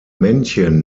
männchen